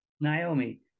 Naomi